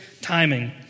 timing